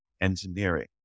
engineering